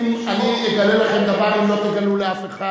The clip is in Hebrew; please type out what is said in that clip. אני אגלה לכם דבר, אם לא תגלו לאף אחד.